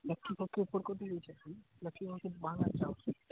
लक्की भोग के ऊपर कोई भी नीचे है लक्की भोग तो महँगा चावल